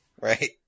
right